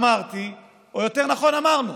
אמרתי, או יותר נכון אמרנו,